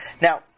Now